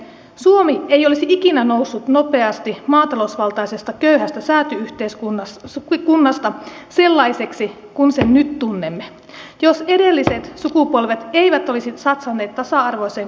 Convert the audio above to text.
suomi ei olisi ikinä noussut nopeasti maatalousvaltaisesta köyhästä sääty yhteiskunnasta sellaiseksi kuin sen nyt tunnemme jos edelliset sukupolvet eivät olisi satsanneet tasa arvoiseen koulutukseen